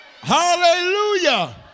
hallelujah